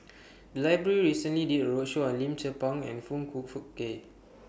The Library recently did A roadshow on Lim Tze Peng and Foong Fook Kay